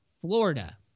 Florida